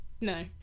No